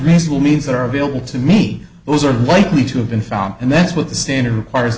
reasonable means that are available to me those are likely to have been found and that's what the standard requires